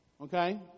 okay